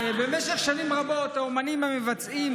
במשך שנים רבות האומנים והמבצעים,